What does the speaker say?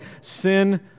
sin